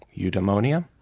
eudemonia.